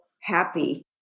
happy